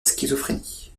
schizophrénie